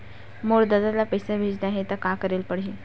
मोर ददा ल पईसा भेजना हे त का करे ल पड़हि?